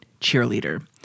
cheerleader